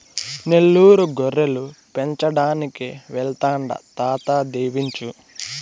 నెల్లూరు గొర్రెలు పెంచడానికి వెళ్తాండా తాత దీవించు